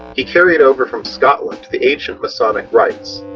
he carried over from scotland the ancient masonic rites,